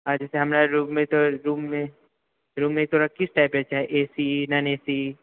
जैसे हमरा रूममे तोरा रूममे रूम तोरा किस टाइपके चाही A C non A C